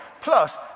Plus